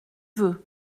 veut